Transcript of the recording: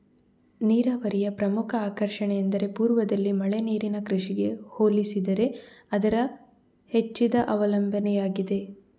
ನೀರಾವರಿಯ ಪ್ರಮುಖ ಆಕರ್ಷಣೆಯೆಂದರೆ ಪೂರ್ವದಲ್ಲಿ ಮಳೆ ನೀರಿನ ಕೃಷಿಗೆ ಹೋಲಿಸಿದರೆ ಅದರ ಹೆಚ್ಚಿದ ಅವಲಂಬನೆಯಾಗಿದೆ